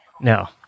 No